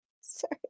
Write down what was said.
Sorry